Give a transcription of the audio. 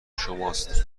شماست